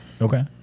Okay